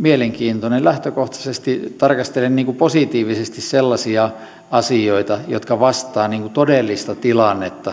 mielenkiintoinen lähtökohtaisesti tarkastelen positiivisesti sellaisia asioita jotka vastaavat todellista tilannetta